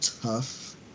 tough